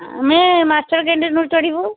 ଆମେ ମାଷ୍ଟର୍ କ୍ୟାଣ୍ଟିନ୍ରୁ ଚଢ଼ିବୁ